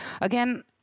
again